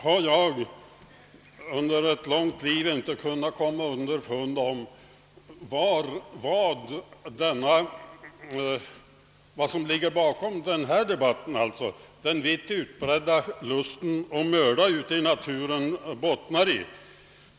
Jag har under ett långt liv inte kunnat komma underfund med vad som ligger bakom denna debatt, vad den vitt utbredda lusten att mörda ute i naturen bottnar i.